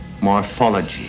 morphology